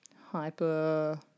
hyper